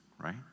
right